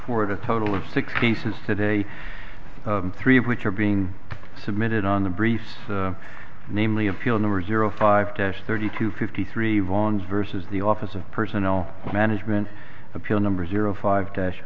for a total of six cases today three of which are being submitted on the briefs namely appeal number zero five dash thirty two fifty three ron's versus the office of personnel management appeal number zero five dash